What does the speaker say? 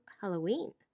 halloween